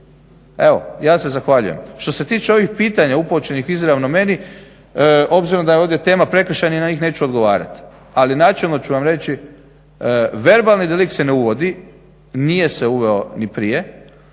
Evo ja se zahvaljujem. Što se tiče ovih pitanja upućenih izravno meni, obzirom da je ovdje tema prekršajni, na njih neću odgovarat ali načelno ću vam verbalni delikt se ne uvodi, nije se uveo ni prije,